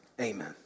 Amen